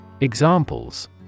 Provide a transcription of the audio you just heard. Examples